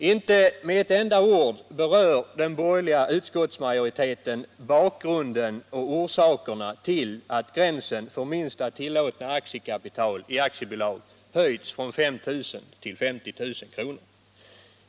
Inte med ett enda ord berör den borgerliga utskottsmajoriteten bakgrunden och orsakerna till att gränsen för minsta tillåtna aktiekapital i aktiebolag höjts från 5 000 till 50 000 kr.